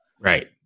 Right